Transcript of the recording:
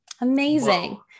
Amazing